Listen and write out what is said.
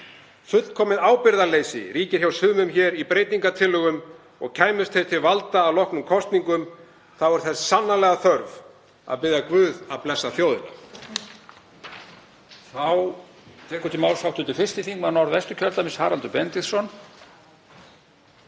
Fullkomið ábyrgðarleysi ríkir hjá sumum hér í breytingartillögum og kæmust þeir til valda að loknum kosningum þá er þess sannarlega þörf að biðja guð að blessa þjóðina.